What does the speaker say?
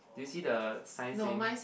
do you see the sign saying